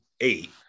eight